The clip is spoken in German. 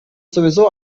sowieso